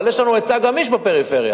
אבל יש לנו היצע גמיש בפריפריה.